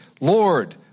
Lord